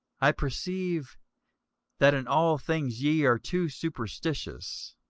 i perceive that in all things ye are too superstitious.